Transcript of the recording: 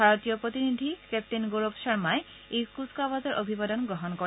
ভাৰতীয় প্ৰতিনিধি কেপ্তেইন গৌৰৱ শৰ্মাই এই কুজকাৱাজৰ অভিবাদন গ্ৰহণ কৰে